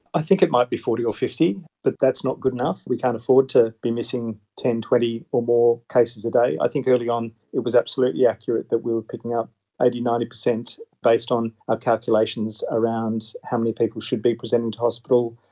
i think it might be forty or fifty, but that's not good enough, we can't afford to be missing ten, twenty or more cases a day. i think early on it was absolutely yeah accurate that we were picking up eighty percent, ninety percent based on our calculations around how many people should be presenting to hospital,